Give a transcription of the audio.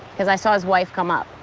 as i saw his wife come up,